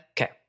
Okay